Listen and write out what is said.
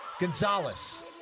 Gonzalez